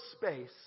space